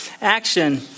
action